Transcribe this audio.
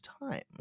time